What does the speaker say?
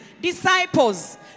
disciples